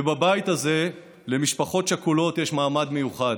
ובבית הזה למשפחות שכולות יש מעמד מיוחד.